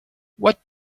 what